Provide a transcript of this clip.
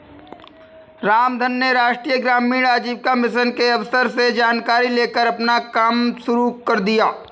रामधन ने राष्ट्रीय ग्रामीण आजीविका मिशन के अफसर से जानकारी लेकर अपना कम शुरू कर दिया है